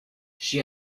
she